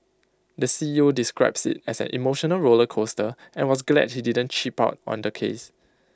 the C E O describes IT as an emotional roller coaster and was glad he didn't cheap out on the case